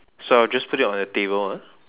so I will just put it on the table ah